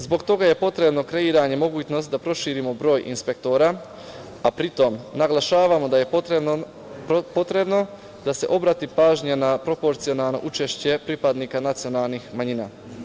Zbog toga je potrebno kreiranje mogućnosti da proširimo broj inspektora, a pri tom, naglašavamo da je potrebno da se obrati pažnja na proporcionalno učešće pripadnika nacionalnih manjina.